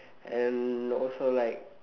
and also like